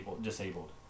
disabled